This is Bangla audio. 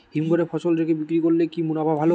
হিমঘরে ফসল রেখে বিক্রি করলে কি মুনাফা ভালো?